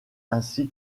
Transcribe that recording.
ainsi